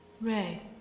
Ray